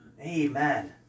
Amen